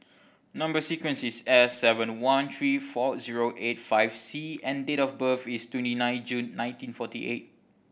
number sequence is S seven one three four zero eight five C and date of birth is twenty nine June nineteen forty eight